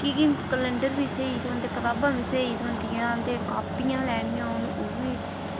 की के केलैंडर बी स्हेई थ्होंदे कताबां बी स्हेई थ्होंदियां ते कॉपियां लैनियां होन ओह्बी